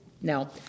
Now